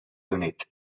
unit